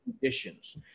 conditions